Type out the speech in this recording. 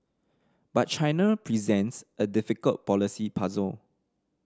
but China presents a difficult policy puzzle